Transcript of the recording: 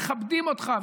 מכבדים אותך,